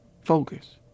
focus